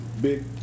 big